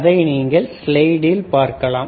அதை நீங்கள் ஸ்லைடில் பார்க்கலாம்